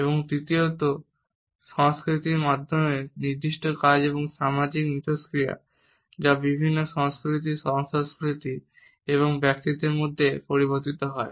এবং তৃতীয়ত সংস্কৃতির মাধ্যমে নির্দিষ্ট কাজ এবং সামাজিক ইন্টারেকশন যা বিভিন্ন সংস্কৃতি সহ সংস্কৃতি এবং ব্যক্তিদের মধ্যে পরিবর্তিত হয়